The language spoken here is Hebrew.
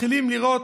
מתחילים לראות,